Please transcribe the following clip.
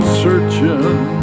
searching